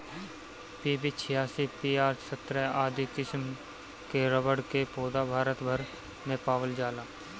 PB छियासी, PR सत्रह आदि किसिम कअ रबड़ कअ पौधा भारत भर में पावल जाला